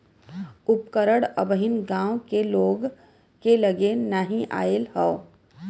उपकरण अबहिन गांव के लोग के लगे नाहि आईल हौ